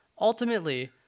Ultimately